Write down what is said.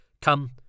come